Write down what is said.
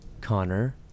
Connor